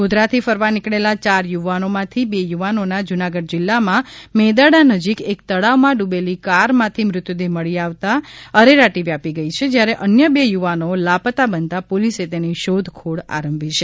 ગોધરા થી ફરવા નીકળેલા ચાર યુવાનો માંથી બે યુવાનોના જનાગઢ જિલ્લા માં મેંદરડા નજીક એક તળાવ માં ડૂબેલી કારમાંથી મૃતદેહ મળી આવતા અરેરાટી વ્યાપી ગઈ છે શ્યારે અન્ય બે યુવાનો લાપતા બનતા પોલીસે તેની શોધખોળ આરંભી છે